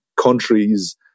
countries